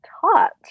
taught